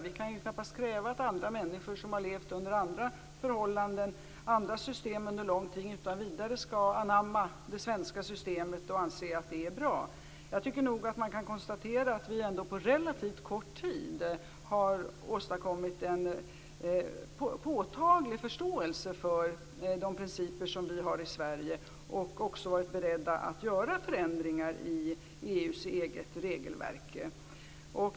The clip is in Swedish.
Vi kan knappast kräva att andra människor som under lång tid levt under andra förhållanden och andra system utan vidare skall anamma det svenska systemet och anse att det är bra. Vi kan konstatera att vi på relativt kort tid har åstadkommit en påtaglig förståelse för de principer som vi har i Sverige och att man också varit beredd att göra förändringar i EU:s eget regelverk.